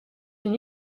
une